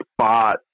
spot